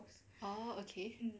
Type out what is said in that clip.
oh okay